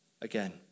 again